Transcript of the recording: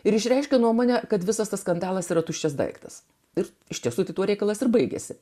ir išreiškė nuomonę kad visas tas skandalas yra tuščias daiktas ir iš tiesų kitų reikalas ir baigėsi